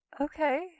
Okay